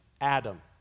Adam